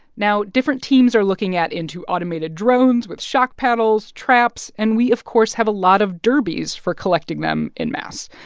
now, different teams are looking at into automated drones with shock paddles, traps. and we, of course, have a lot of derbies for collecting them en masse.